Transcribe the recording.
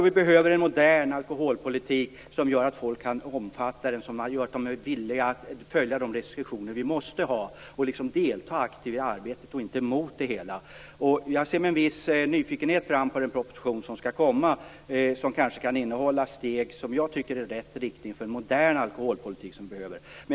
Vi behöver en modern alkoholpolitik, som gör att folk kan omfatta den och som gör att folk är villiga att följa de restriktioner vi måste ha samt delta aktivt i arbetet och inte mot det hela. Jag ser med en viss nyfikenhet fram mot den proposition som skall komma, som kanske kan innehålla steg i rätt riktning för en modern alkoholpolitik som vi behöver.